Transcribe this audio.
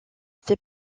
fait